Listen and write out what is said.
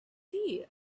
still